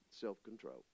self-control